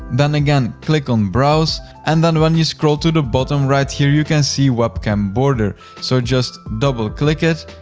then again, click on browse and then when you scroll to the bottom right here, you can see webcam border. so just double click it,